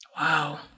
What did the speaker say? Wow